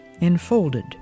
enfolded